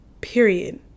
period